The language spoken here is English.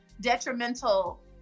detrimental